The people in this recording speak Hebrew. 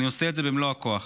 אני עושה את זה במלוא הכוח.